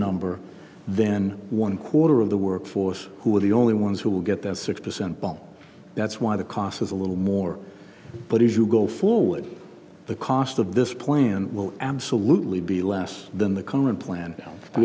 number then one quarter of the workforce who are the only ones who will get that six percent bump that's why the cost is a little more but if you go forward the cost of this plan will absolutely be less than the current plan